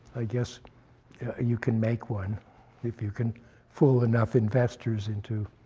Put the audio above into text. i guess you can make one if you can fool enough investors into